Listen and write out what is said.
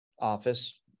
office